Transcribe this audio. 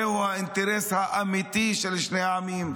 זה האינטרס האמיתי של שני העמים.